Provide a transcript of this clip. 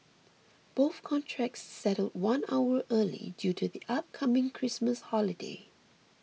both contracts settled one hour early due to the upcoming Christmas holiday